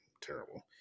Terrible